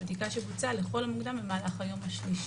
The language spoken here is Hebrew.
בבדיקה שבוצעה לכל המוקדם במהלך היום השלישי.